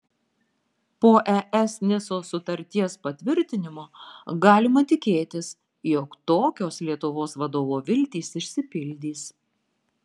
po es nicos sutarties patvirtinimo galima tikėtis jog tokios lietuvos vadovo viltys išsipildys